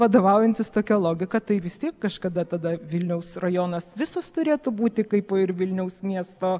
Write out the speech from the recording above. vadovaujantis tokia logika tai vis tiek kažkada tada vilniaus rajonas visas turėtų būti kaip ir vilniaus miesto